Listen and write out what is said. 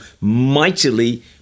mightily